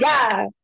God